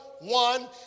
One